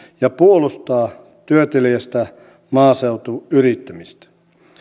ja puolustaa työteliästä maaseutuyrittämistä